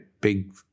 Big